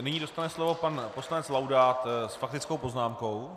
Nyní dostane slovo pan poslanec Laudát s faktickou poznámkou.